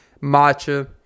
matcha